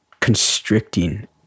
constricting